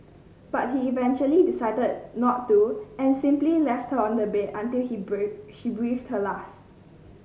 but he eventually decided not to and simply left her on the bed until he she breathed her last